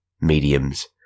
mediums